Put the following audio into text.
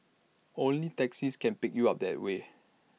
only taxis can pick you up that way